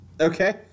Okay